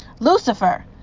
lucifer